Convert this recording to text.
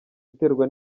iterwa